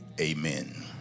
Amen